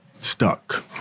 stuck